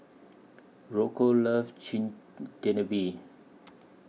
Rocco loves Chigenabe